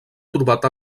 trobat